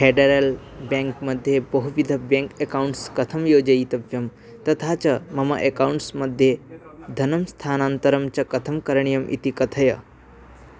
federal बेङ्क्मध्ये बहुविध bank accounts कथं योजयितव्यं तथा च मम अकौण्ट्स्मध्ये धनं स्थानान्तरं च कथं करणीयम् इति कथय